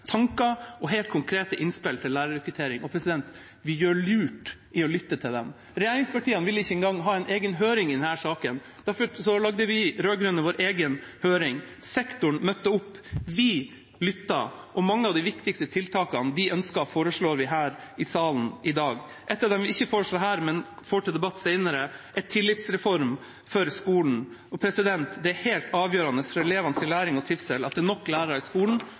tanker og helt konkrete innspill til lærerrekruttering, og vi gjør lurt i å lytte til dem. Regjeringspartiene vil ikke engang ha en egen høring i denne saken. Derfor lagde vi, de rød-grønne, vår egen høring. Sektoren møtte opp, vi lyttet, og mange av de viktigste tiltakene de ønsket seg, foreslår vi her i salen i dag. Ett av dem vi ikke foreslår her, men som vi får til debatt senere, er om en tillitsreform for skolen. Det er helt avgjørende for elevenes læring og trivsel at det er nok lærere i skolen,